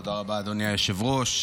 תודה רבה, אדוני היושב-ראש.